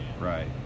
Right